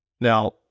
Now